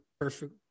perfect